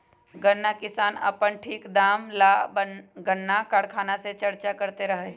गन्ना किसान अपन ठीक दाम ला गन्ना कारखाना से चर्चा करते रहा हई